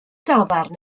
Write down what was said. dafarn